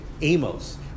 Amos